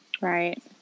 Right